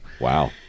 Wow